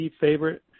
favorite